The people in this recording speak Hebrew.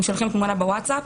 הם שולחים תמונה בווטסאפ.